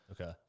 Okay